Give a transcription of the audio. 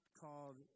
called